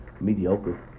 mediocre